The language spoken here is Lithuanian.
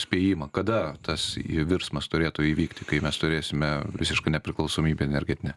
spėjimą kada tas virsmas turėtų įvykti kai mes turėsime visišką nepriklausomybę energetinę